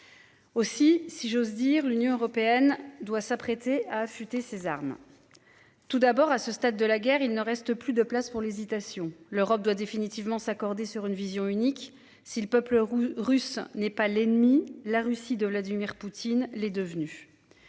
Aussi, si j'ose dire. L'Union européenne doit s'apprêter à affûter ses armes. Tout d'abord à ce stade de la guerre, il ne reste plus de place pour l'hésitation. L'Europe doit définitivement s'accorder sur une vision unique si le peuple russe n'est pas l'ennemi, la Russie de Vladimir Poutine l'est devenu.